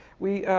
we